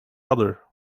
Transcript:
other